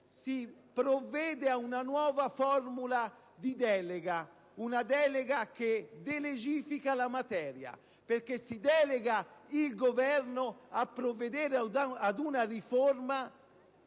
si provvede ad una nuova formula di delega, delegificando la materia; infatti si delega il Governo a provvedere ad una riforma